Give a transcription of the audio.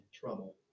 trouble